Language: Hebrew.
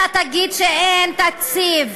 אתה תגיד שאין תקציב,